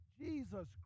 Jesus